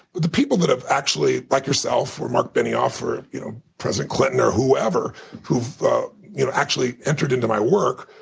the people that have actually like yourself or mark benioff or ah you know president clinton or whoever who've you know actually entered into my work,